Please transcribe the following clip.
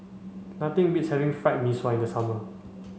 nothing beats having Fried Mee Sua in the summer